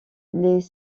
les